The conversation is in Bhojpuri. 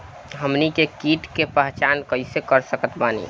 हमनी के कीट के पहचान कइसे कर सकत बानी?